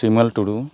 Timel Tudu